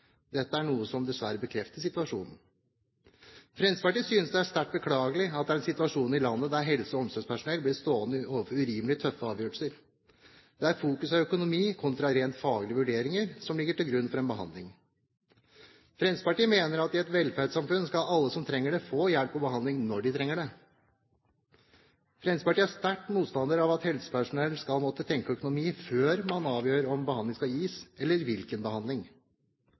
Dette er noe som dessverre bekrefter situasjonen. Fremskrittspartiet synes det er sterkt beklagelig at vi har en situasjon i landet der helse- og omsorgspersonell blir stående overfor urimelig tøffe avgjørelser, der fokuset er økonomi – kontra rent faglige vurderinger som ligger til grunn for en behandling. Fremskrittspartiet mener at i et velferdssamfunn skal alle som trenger det, få hjelp og behandling når de trenger det. Fremskrittspartiet er sterk motstander av at helsepersonell skal måtte tenke økonomi før man avgjør om behandling skal gis, eller hvilken behandling som skal gis. Alle mennesker skal ha rett til behandling,